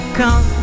come